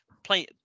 Play